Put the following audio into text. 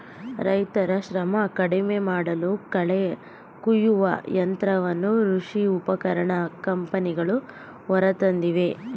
ರೈತರ ಶ್ರಮ ಕಡಿಮೆಮಾಡಲು ಕಳೆ ಕುಯ್ಯುವ ಯಂತ್ರವನ್ನು ಕೃಷಿ ಉಪಕರಣ ಕಂಪನಿಗಳು ಹೊರತಂದಿದೆ